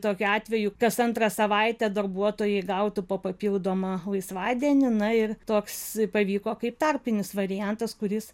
tokiu atveju kas antrą savaitę darbuotojai gautų po papildomą laisvadienį na ir toks pavyko kaip tarpinis variantas kuris